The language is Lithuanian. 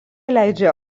leidžia